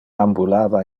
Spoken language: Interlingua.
ambulava